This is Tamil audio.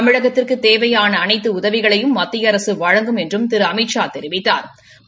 தமிழகத்திற்குத் தேவையான அனைத்து உதவிகளையும் மத்திய அரசு வழங்கும் என்றும் திரு அமித்ஷா தெரிவித்தா்